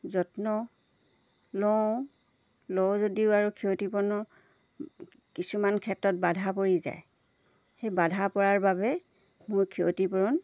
যত্ন লওঁ লওঁ যদিও আৰু ক্ষতিপূৰণৰ কিছুমান ক্ষেত্ৰত বাধা পৰি যায় সেই বাধা পৰাৰ বাবে মোৰ ক্ষতিপূৰণ